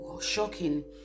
shocking